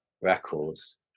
records